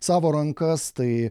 savo rankas tai